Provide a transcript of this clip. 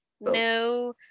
no